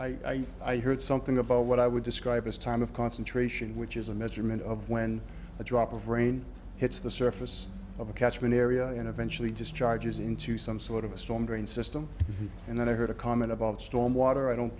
just i i heard something about what i would describe as time of concentration which is a measurement of when a drop of rain hits the surface of a catchment area and eventually discharges into some sort of a storm drain system and then i heard a comment about storm water i don't